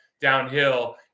downhill